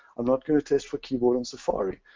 i'm not going to test for keyboard on safari.